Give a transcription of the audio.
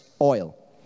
oil